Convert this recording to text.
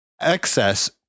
excess